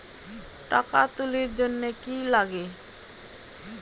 টাকা তুলির জন্যে কি লাগে?